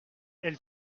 elle